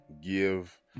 give